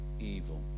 evil